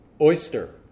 Oyster